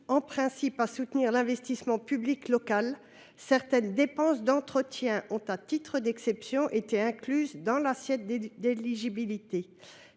en principe à soutenir l’investissement public local, certaines dépenses d’entretien ont, à titre d’exception, été incluses dans son assiette.